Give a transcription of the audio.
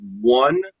one